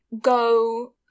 go